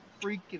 freaking